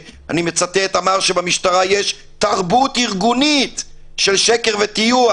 אני מצטט שאמר שבמשטרה יש תרבות ארגונית של שקר וטיוח.